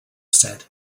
said